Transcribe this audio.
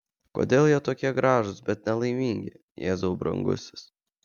kodėl jie tokie gražūs bet nelaimingi jėzau brangusis